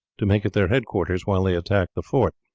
to make it their headquarters while they attacked the fort.